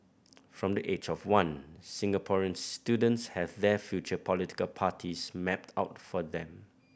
from the age of one Singaporean students have their future political parties mapped out for them